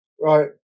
Right